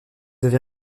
avez